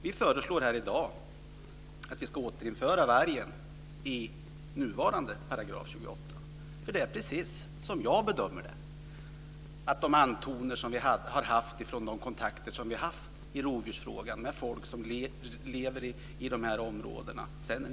Vi föreslår här i dag att vi ska återinföra vargen i nuvarande 28 §. Jag bedömer att det är precis det som har kommit fram sedan 1995 i de kontakter som vi haft i rovdjursfrågan med folk som lever i de här områdena.